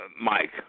Mike